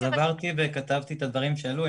עברתי וכתבתי את הדברים שעלו,